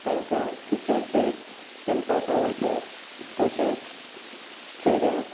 तांकां kitchen set खेळपाक आवडटा तशेंच चेड्यांक